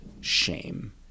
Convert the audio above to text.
shame